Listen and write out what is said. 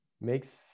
Makes